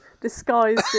disguised